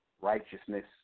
righteousness